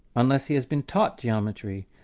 unless he has been taught geometry.